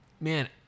man